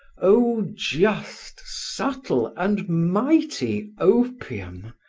oh, just, subtle, and mighty opium!